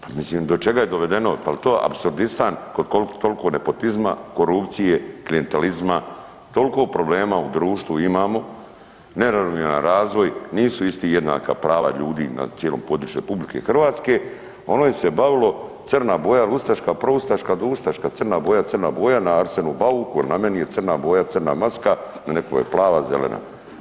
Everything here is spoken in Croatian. Pa mislim do čega je dovedeno, pa jel to apsurtistan kod tolko nepotizma, korupcije, klijentalizma, tolko problema u društvu imamo, neravnomjeran razvoj, nisu isti jednaka prava ljudi na cijelom području RH, ono se je bavilo crna boja jel ustaška, proustaška, doustaška, crna boja je crna boja na Arsenu Bauku il na meni je crna boja, crna maska, na nekome je plava, zelena.